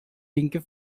pink